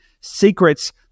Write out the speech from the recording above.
secrets